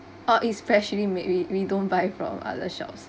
uh it's freshly made we we don't buy from other shops